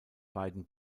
beiden